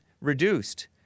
reduced